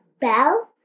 bell